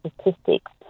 statistics